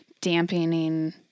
dampening